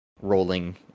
rolling